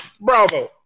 Bravo